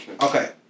Okay